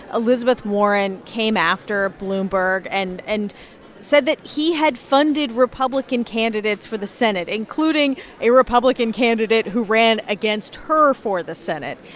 elizabeth warren came after bloomberg and and said that he had funded republican candidates for the senate, including a republican candidate who ran against her for the senate.